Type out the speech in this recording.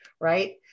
right